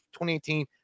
2018